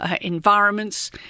environments